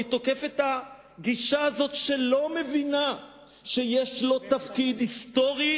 אני תוקף את הגישה הזאת שלא מבינה שיש לו תפקיד היסטורי